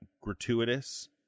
gratuitous